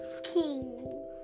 king